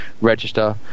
Register